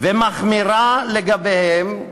ומחמירה לגביהם,